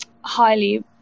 highly